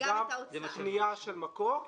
וגם פנייה של מקור,